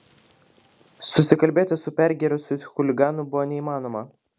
susikalbėti su pergėrusiu chuliganu buvo neįmanoma